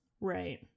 Right